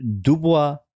dubois